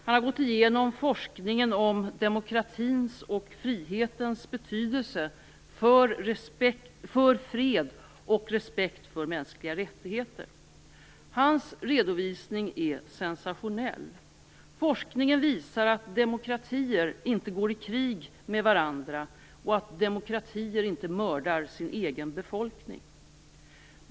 Han har gått igenom forskningen om demokratins och frihetens betydelse för fred och respekt för mänskliga rättigheter. Hans redovisning är sensationell. Forskningen visar att demokratier inte går i krig med varandra och att demokratier inte mördar sin egen befolkning.